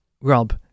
Rob